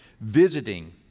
visiting